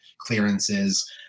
clearances